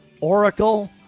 Oracle